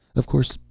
of course,